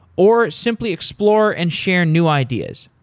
or, simply explore and share new ideas.